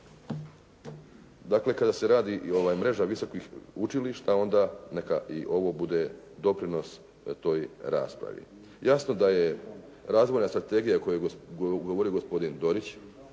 Dakle kada se radi i ova mreža visokih učilišta, onda neka i ovo bude doprinos toj raspravi. Jasno da je razvojna strategija koju je govorio gospodin Dorić,